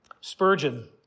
Spurgeon